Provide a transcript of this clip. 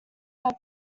have